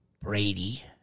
Brady